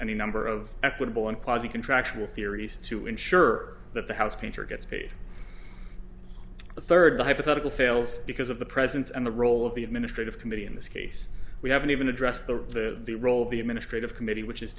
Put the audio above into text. any number of equitable and quasi contractual theories to ensure that the housepainter gets paid the third the hypothetical fails because of the presence and the role of the administrative committee in this case we haven't even addressed the role of the administrative committee which is